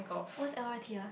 what's L_R_T ah